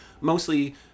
mostly